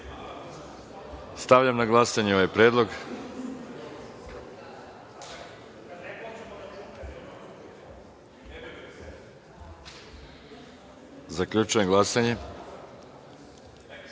(Ne.)Stavljam na glasanje ovaj predlog. Zaključujem glasanje